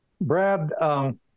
Brad